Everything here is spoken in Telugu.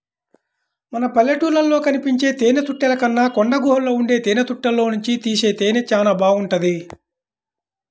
మన పల్లెటూళ్ళలో కనిపించే తేనెతుట్టెల కన్నా కొండగుహల్లో ఉండే తేనెతుట్టెల్లోనుంచి తీసే తేనె చానా బాగుంటది